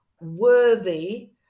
worthy